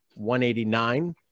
189